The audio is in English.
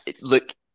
look